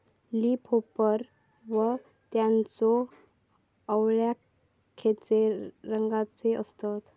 Leaf hopper व त्यानचो अळ्या खैचे रंगाचे असतत?